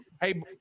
Hey